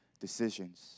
decisions